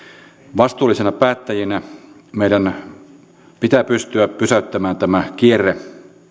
vastuullisina päättäjinä meidän pitää pystyä pysäyttämään tämä kierre